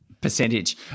Percentage